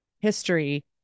history